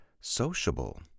sociable